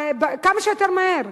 כמה שיותר מהר.